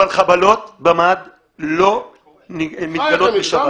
אבל חבלות במד לא מתגלות בשבת,